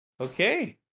okay